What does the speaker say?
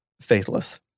faithless